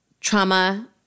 trauma-